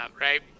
right